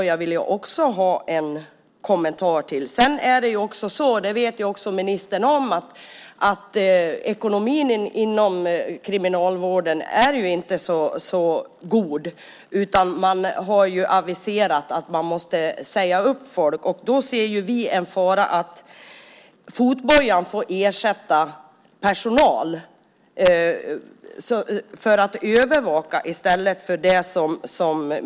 Jag vill också ha en kommentar till syftet med fotboja. Ministern vet om att ekonomin inom Kriminalvården inte är så god. Man har aviserat att man måste säga upp människor. Vi ser en fara i att fotbojan får ersätta personal för att övervaka.